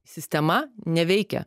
sistema neveikia